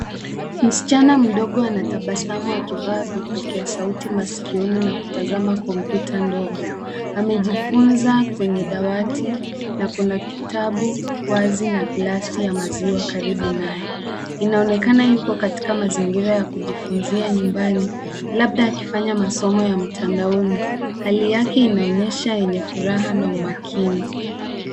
Msichana mdogo anatabasamu akivaa vipokea sauti masikioni na kutazama komputa ndogo, amejifunza kwenye dawati na kuna kitabu wazi na glasi ya maziwa karibu naye. Inaonekana yupo katika mazingira ya kujifunzia nyumbani labda akifanya masomo ya mtandaoni . Hali yake inaonyesha yenye furaha na umakini.